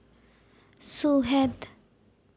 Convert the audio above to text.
ᱥᱩᱦᱮᱫ